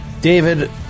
David